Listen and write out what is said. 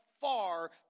far